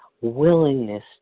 willingness